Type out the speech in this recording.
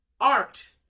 art